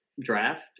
draft